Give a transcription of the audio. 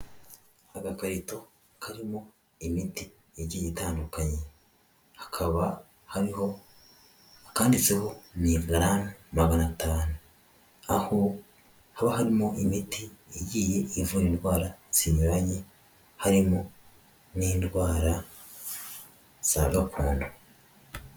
Agakarito karimo imiti igiye itandukanye. Hakaba hariho akanditseho miligram magana atanu. Aho haba harimo imiti igiye ivura indwara zinyuranye, harimo n'indwara za gakondo.